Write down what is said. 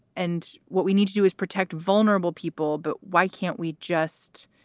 and what we need to do is protect vulnerable people. but why can't we just.